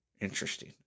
Interesting